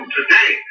today